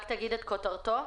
רק תגיד את כותרתו.